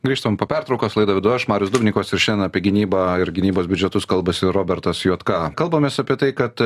grįžtam po pertraukos laidą vedu aš marius dubnikovas ir šiandien apie gynybą ir gynybos biudžetus kalbasi robertas juodka kalbamės apie tai kad